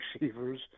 receivers